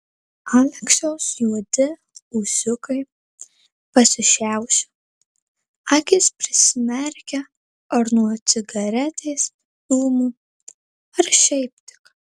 aleksiaus juodi ūsiukai pasišiaušia akys prisimerkia ar nuo cigaretės dūmų ar šiaip tik